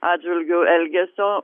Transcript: atžvilgiu elgesio